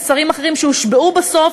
שרים אחרים שהושבעו בסוף,